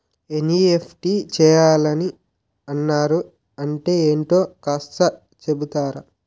NEFT చేయాలని అన్నారు అంటే ఏంటో కాస్త చెపుతారా?